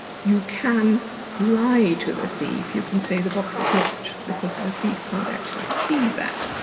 you can lie to the thief you can say the box is locked, because of the thief can't actually see that.